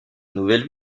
nouvelle